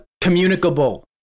communicable